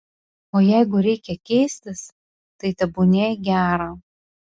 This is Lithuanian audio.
o jeigu reikia keistis tai tebūnie į gera